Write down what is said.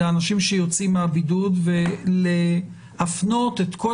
לאנשים שיוצאים מהבידוד ולהפנות את כל